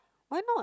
why not